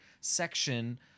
section